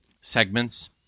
segments